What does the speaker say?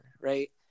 right